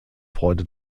freude